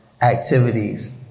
activities